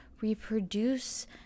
reproduce